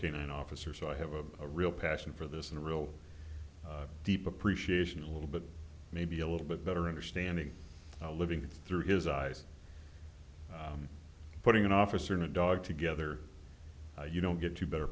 canine officer so i have a real passion for this and a real deep appreciation a little bit maybe a little bit better understanding how living through his eyes putting an officer in a dog together you don't get to better